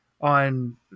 on